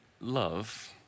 love